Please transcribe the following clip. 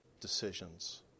decisions